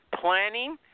planning –